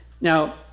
Now